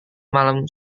malam